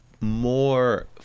more